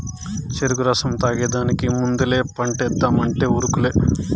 చెరుకు రసం తాగేదానికి ముందలే పంటేద్దామంటే ఉరుకులే